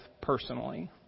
personally